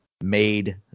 made